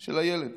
של הילד,